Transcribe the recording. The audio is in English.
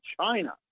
China